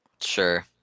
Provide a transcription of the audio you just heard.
Sure